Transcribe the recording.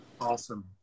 Awesome